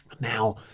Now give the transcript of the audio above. Now